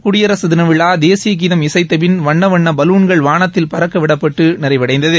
குடியரசு தின விழா தேசியகீதம் இசைத்தபின் வண்ண வண்ண பலூன்கள் வானத்தில் பறக்க விடப்பட்டு நிறைவடைந்தது